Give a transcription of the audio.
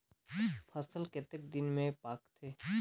फसल कतेक दिन मे पाकथे?